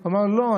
אמר: לא,